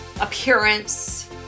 appearance